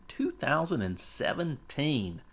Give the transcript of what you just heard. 2017